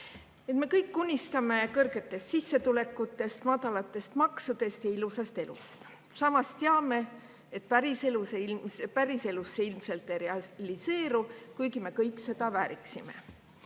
kõik unistame kõrgetest sissetulekutest, madalatest maksudest ja ilusast elust. Samas teame, et päriselus see ilmselt ei realiseeru, kuigi me kõik seda vääriksime.